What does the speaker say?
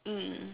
mm